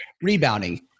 Rebounding